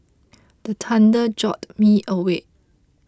the thunder jolt me awake